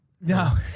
No